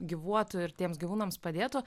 gyvuotų ir tiems gyvūnams padėtų